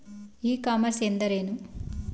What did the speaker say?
E commerce ಎಂದರೇನು?